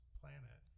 planet